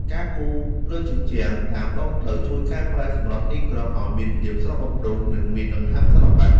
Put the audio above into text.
ការគូរលើជញ្ជាំងតាមដងផ្លូវជួយកែប្រែសម្រស់ទីក្រុងឱ្យមានភាពស្រស់បំព្រង និងមានដង្ហើមសិល្បៈ។